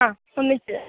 ആ ഒന്നിച്ച്